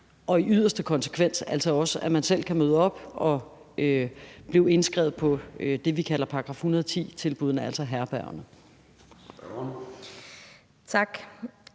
man i yderste konsekvens altså også selv kan møde op og blive indskrevet på det, vi kalder § 110-tilbuddene, altså herbergerne. Kl.